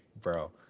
bro